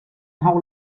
how